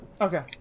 Okay